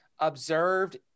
observed